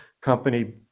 company